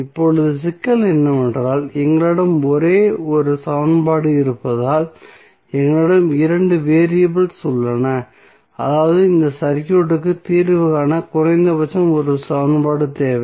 இப்போது சிக்கல் என்னவென்றால் எங்களிடம் ஒரே ஒரு சமன்பாடு இருப்பதால் எங்களிடம் இரண்டு வேரியபில்ஸ் உள்ளன அதாவது இந்த சர்க்யூட்க்கு தீர்வு காண குறைந்தபட்சம் ஒரு சமன்பாடு தேவை